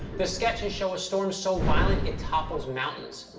the sketches show a storm so violent, it topples mountains.